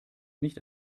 nicht